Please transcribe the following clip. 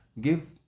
give